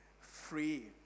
free